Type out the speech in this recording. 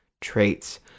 traits